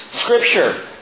Scripture